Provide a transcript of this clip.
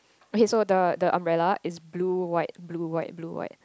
okay so the the umbrella is blue white blue white blue white